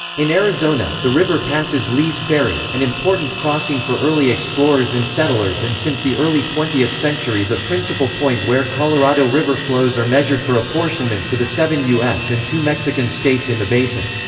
in arizona, the river passes lee's ferry, an important crossing for early explorers and settlers and since the early twentieth century the principal point where colorado river flows are measured for apportionment to the seven u s. and two mexican states in the basin.